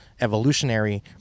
evolutionary